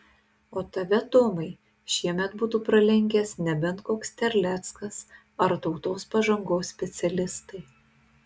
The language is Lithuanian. o tave tomai šiemet būtų pralenkęs nebent koks terleckas ar tautos pažangos specialistai